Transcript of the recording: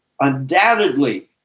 Undoubtedly